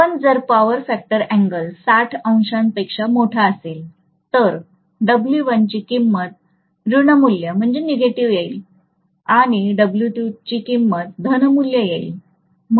पण जर power factor angle ६० पेक्षा मोठा असेल तर W1 ची किमंत ऋणमुल्य येईल आणि W2 ची किमंत धनमूल्य येईल